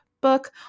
book